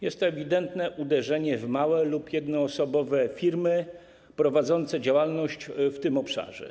Jest to ewidentne uderzenie w małe lub jednoosobowe firmy prowadzące działalność w tym obszarze.